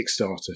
Kickstarter